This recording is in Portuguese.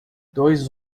dois